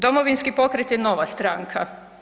Domovinski pokret je nova stranka.